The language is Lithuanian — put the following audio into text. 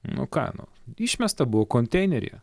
nu ką nu išmesta buvo konteineryje